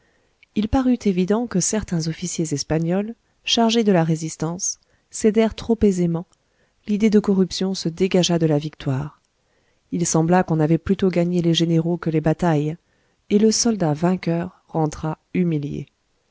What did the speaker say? il parut évident que certains officiers espagnols chargés de la résistance cédèrent trop aisément l'idée de corruption se dégagea de la victoire il sembla qu'on avait plutôt gagné les généraux que les batailles et le soldat vainqueur rentra humilié